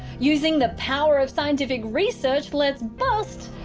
using the power of scientific research, let's bust.